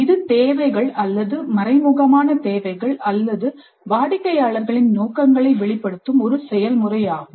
இது தேவைகள் அல்லது மறைமுகமான தேவைகள் அல்லது வாடிக்கையாளர்களின் நோக்கங்களை வெளிப்படுத்தும் ஒரு செயல்முறையாகும்